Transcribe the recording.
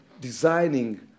designing